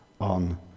on